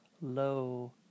low